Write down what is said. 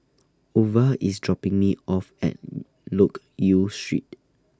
Ova IS dropping Me off At Loke Yew Street